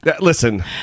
Listen